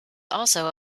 also